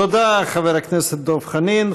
תודה, חבר הכנסת דב חנין.